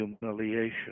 humiliation